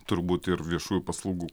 turbūt ir viešųjų paslaugų